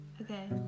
Okay